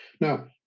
Now